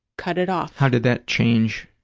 cut it off. how did that change